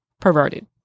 perverted